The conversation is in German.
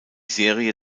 serie